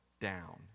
down